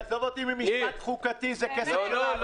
עזוב אותי ממשפט חוקתי, זה כסף --- אתה